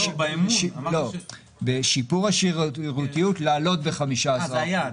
בשיפור השירותיות לעלות ב-15%,